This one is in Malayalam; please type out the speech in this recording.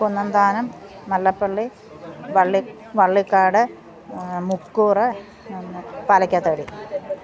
കുന്നന്താനം മല്ലപ്പള്ളി വള്ളി വള്ളിക്കാട് മുക്കൂറ് പിന്നേ പാലയ്ക്കാത്തടി